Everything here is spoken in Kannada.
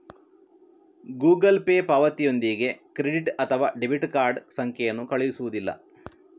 ಗೂಗಲ್ ಪೇ ಪಾವತಿಯೊಂದಿಗೆ ಕ್ರೆಡಿಟ್ ಅಥವಾ ಡೆಬಿಟ್ ಕಾರ್ಡ್ ಸಂಖ್ಯೆಯನ್ನು ಕಳುಹಿಸುವುದಿಲ್ಲ